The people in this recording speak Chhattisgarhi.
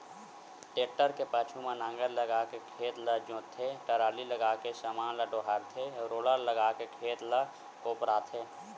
टेक्टर के पाछू म नांगर लगाके खेत ल जोतथे, टराली लगाके समान ल डोहारथे रोलर लगाके खेत ल कोपराथे